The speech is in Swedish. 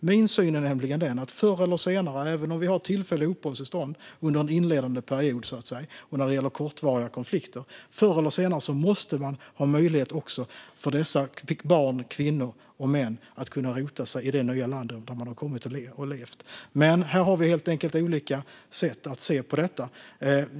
Min syn är nämligen att förr eller senare, även med tillfälliga uppehållstillstånd under en inledande period och för kortvariga konflikter, måste det vara möjligt för dessa barn, kvinnor och män att få rota sig i det nya landet. Här har vi helt enkelt olika sätt att se på detta.